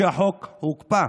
שהחוק יוקפא.